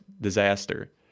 disaster